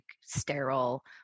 sterile